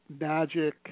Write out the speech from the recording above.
magic